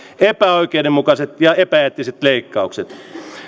epäoikeudenmukaiset ja epäeettiset leikkaukset